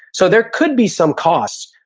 so there could be some cost.